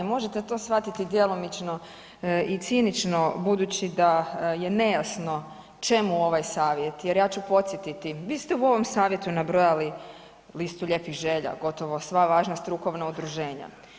Možete to shvatiti djelomično i cinično budući da je nejasno čemu ovaj savjet jer ja ću podsjetiti vi ste u ovom savjetu nabrojali listu lijepih želja gotovo sva važna strukovna udruženja.